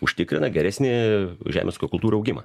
užtikrina geresnį žemės ūkio kultūrų augimą